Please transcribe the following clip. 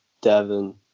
Devin